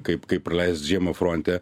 kaip kaip praleist žiemą fronte